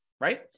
right